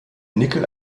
nickel